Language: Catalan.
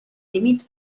límits